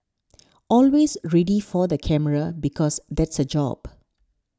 always ready for the camera because that's her job